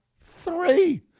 three